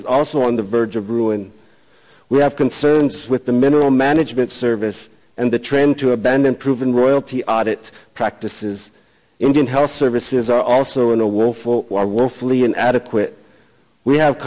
is also on the verge of ruin we have concerns with the mineral management service and the trend to abandon proven royalty audit practices indian health services are also in the world are woefully inadequate we have